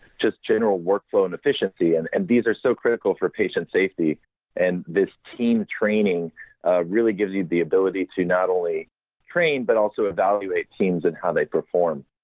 just general workflow and efficiency and and these are so critical for patient safety and this team training really gives you the ability to not only train but also evaluate teams and how they perform.